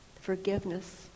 forgiveness